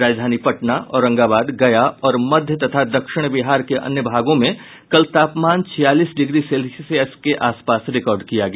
राजधानी पटना औरंगाबाद गया और मध्य तथा दक्षिण बिहार के अन्य भागों में कल तापमान छियालीस डिग्री सेल्सियस के आसपास रिकार्ड किया गया